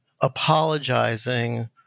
apologizing